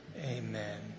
Amen